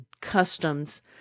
customs